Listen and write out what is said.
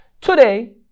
Today